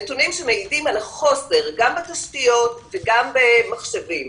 נתונים שמעידים על החוסר גם בתשתיות וגם במחשבים.